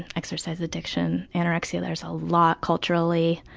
exercise addiction, anorexia. there's a lot culturally,